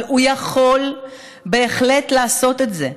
אבל הוא יכול בהחלט לעשות את זה.